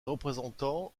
représentants